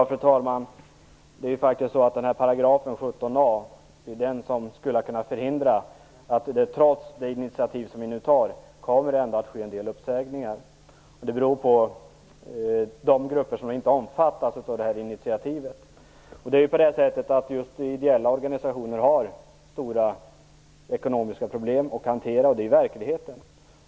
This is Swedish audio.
Fru talman! § 17a skulle ha kunnat förhindra att det trots det initiativ vi nu tar ändå kommer att ske en del uppsägningar. Det beror på att det finns grupper som inte omfattas av initiativet. Just ideella organisationer har stora ekonomiska problem att hantera. Så är verkligheten.